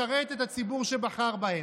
לשרת את הציבור שבחר בהם.